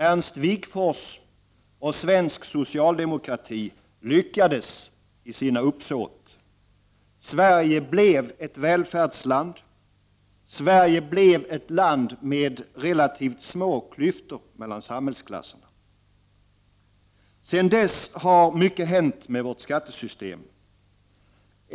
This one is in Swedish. Ernst Wigforss och svensk socialdemokrati lyckades i sina uppsåt. Sverige blev ett välfärdsland, Sverige blev ett land med relativt små klyftor mellan samhällsklasserna. Sedan dess har mycket hänt med vårt skattesystem.